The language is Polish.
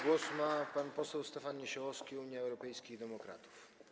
Głos ma pan poseł Stefan Niesiołowski, Unia Europejskich Demokratów.